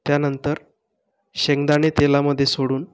त्यानंतर शेंगदाणे तेलामध्ये सोडून